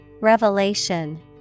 Revelation